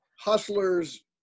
Hustler's